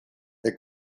the